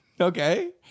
Okay